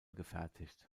gefertigt